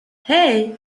hey